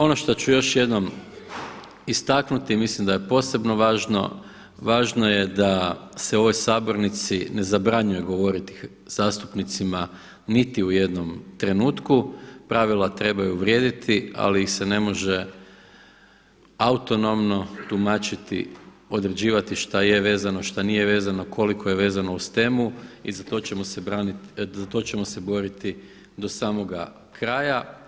Ono što ću još jednom istaknuti mislim da je posebno važno, važno je da se u ovoj Sabornici ne zabranjuje govoriti zastupnici niti u jednom trenutku, pravila trebaju vrijediti ali ih se ne može autonomno tumačiti, određivati šta je vezano a šta nije vezano i koliko je vezano uz temu i za to ćemo se boriti do samoga kraja.